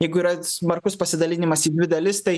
jeigu yra smarkus pasidalinimas į dvi dalis tai